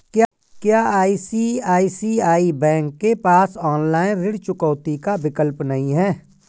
क्या ICICI bank के पास ऑनलाइन ऋण चुकौती का विकल्प नहीं है?